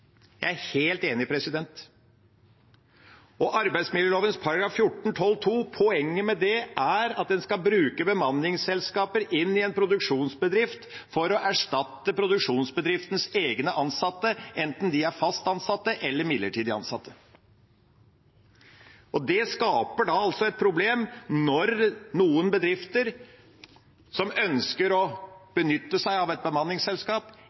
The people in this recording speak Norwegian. Jeg er helt enig. Poenget med arbeidsmiljøloven § 14-12 andre ledd er at en skal bruke bemanningsselskaper inn i en produksjonsbedrift for å erstatte produksjonsbedriftens egne ansatte, enten de er fast ansatte eller midlertidig ansatte. Det skaper altså et problem når noen bedrifter som ønsker å benytte seg av et bemanningsselskap,